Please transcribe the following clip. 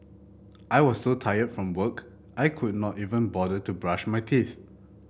I was so tired from work I could not even bother to brush my teeth